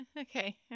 Okay